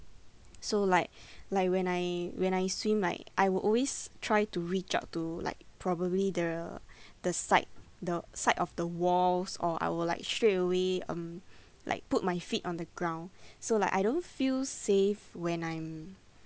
so like like when I when I swim like I would always try to reach out to like probably the the side the side of the walls or I will like straight away um like put my feet on the ground so like I don't feel safe when I'm